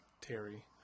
terry